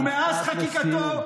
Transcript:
שתקתי.